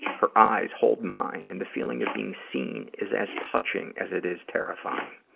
her eyes hold mine, and the feeling of being seen is as touching as it is terrifying.